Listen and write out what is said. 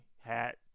hat